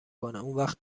اونوقت